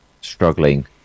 struggling